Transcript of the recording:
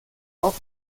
auf